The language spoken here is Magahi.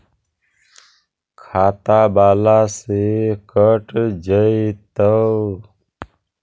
खाता बाला से कट जयतैय?